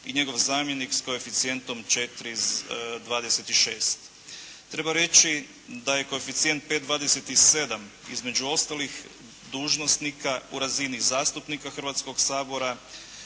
i njegov zamjenik s koeficijentom 4,26. Treba reći da je koeficijent 5,27 između ostalih dužnosnika u razini zastupnika Hrvatskoga sabora,